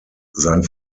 sein